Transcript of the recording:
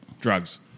Drugs